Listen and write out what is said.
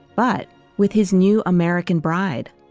but with his new american bride.